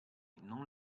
non